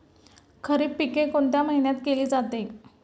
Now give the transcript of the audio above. खरीप पिके कोणत्या महिन्यात केली जाते?